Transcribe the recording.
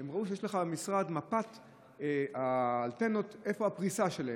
והם ראו שיש לך במשרד את מפת האנטנות ואיפה הפריסה שלהן.